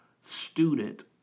student